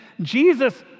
Jesus